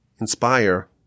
inspire